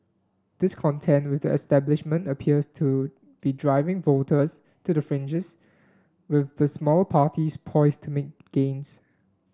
discontent with the establishment appears to be driving voters to the fringes with the smaller parties poised to make gains